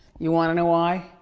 you wanna know why?